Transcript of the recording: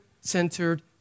centered